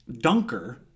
dunker